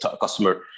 customer